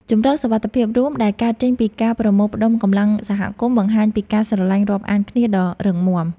ជម្រកសុវត្ថិភាពរួមដែលកើតចេញពីការប្រមូលផ្តុំកម្លាំងសហគមន៍បង្ហាញពីការស្រឡាញ់រាប់អានគ្នាដ៏រឹងមាំ។